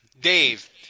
Dave